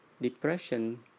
depression